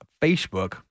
Facebook